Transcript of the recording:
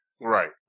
Right